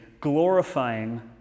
glorifying